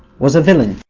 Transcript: was a villain.